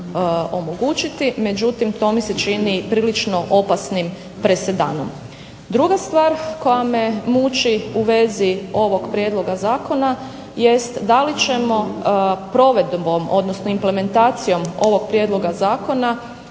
omogućiti. Međutim, to mi se čini prilično opasnim presedanom. Druga stvar koja me muči u vezi ovog prijedloga zakona jest da li ćemo provedbom, odnosno implementacijom ovog prijedloga zakona